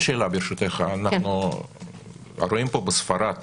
אנחנו רואים בספרד